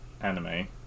anime